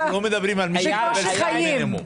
אנחנו לא מדברים על מי שמקבל שכר מינימום.